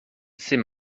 c’est